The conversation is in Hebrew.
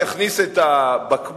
יכניס את הבקבוק,